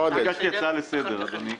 ביקשתי הצעה לסדר, אדוני.